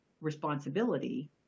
responsibility